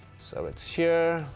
so it's here,